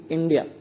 India